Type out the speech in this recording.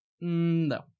No